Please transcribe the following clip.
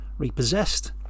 repossessed